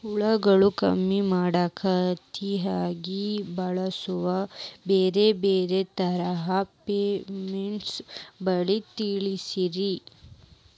ಹುಳುಗಳು ಕಮ್ಮಿ ಮಾಡಾಕ ಹತ್ತಿನ್ಯಾಗ ಬಳಸು ಬ್ಯಾರೆ ಬ್ಯಾರೆ ತರಾ ಫೆರೋಮೋನ್ ಬಲಿ ತಿಳಸ್ರಿ